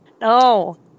no